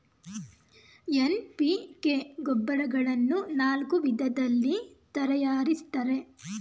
NPK ಗೊಬ್ಬರಗಳನ್ನು ನಾಲ್ಕು ವಿಧದಲ್ಲಿ ತರಯಾರಿಸ್ತರೆ